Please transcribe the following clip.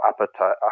appetite